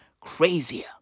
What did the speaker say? crazier